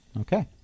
Okay